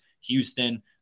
Houston